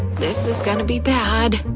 this is gonna be bad.